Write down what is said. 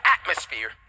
atmosphere